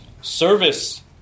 Service